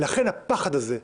לכן הפחד הזה.